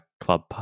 Club